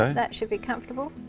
um that should be comfortable.